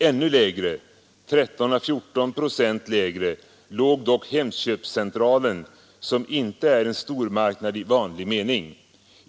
Ännu lägre, 13 å 14 procent lägre, låg dock Hemköpscentralen som inte är en stormarknad i vanlig mening.